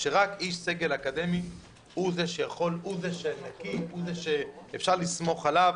שרק איש סגל אקדמי בקי ואפשר לסמוך עליו.